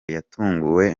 yatunguwe